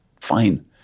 fine